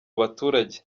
baturage